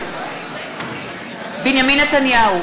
בנימין נתניהו,